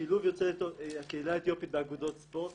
בשילוב הקהילה האתיופית באגודות ספורט,